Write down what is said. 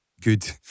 good